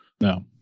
no